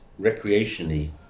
recreationally